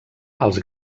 els